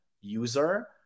user